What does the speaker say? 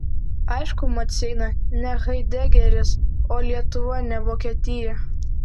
aišku maceina ne haidegeris o lietuva ne vokietija